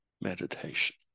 meditation